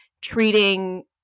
treating